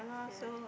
yeah